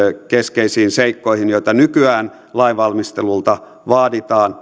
keskeisistä seikoista joita nykyään lainvalmistelulta vaaditaan